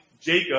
Jacob